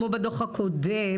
כמו בדוח הקודם,